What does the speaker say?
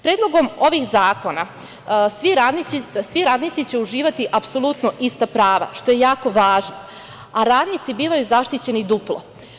Predlogom ovih zakona svi radnici će uživati apsolutno ista prava, što je jako važno, a radnici bivaju zaštićeni duplo.